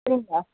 சரிங்களா